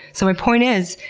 so my point is,